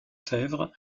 sèvres